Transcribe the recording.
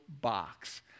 box